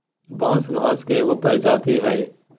बांस घास के एगो प्रजाती हइ